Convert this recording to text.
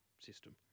system